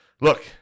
Look